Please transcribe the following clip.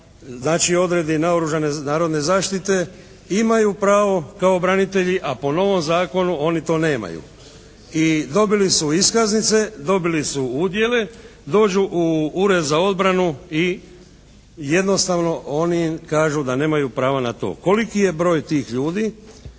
naoružane narodne zaštite imaju pravo kao branitelji, a po novom zakonu oni to nemaju i dobili su iskaznice, dobili su udjele, dođu u Ured za obranu i jednostavno oni im kažu da nemaju pravo na to. Koliki je broj tih ljudi